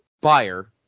Buyer